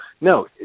No